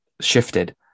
shifted